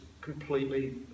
completely